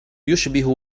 يشبه